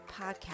podcast